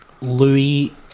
Louis